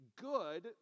good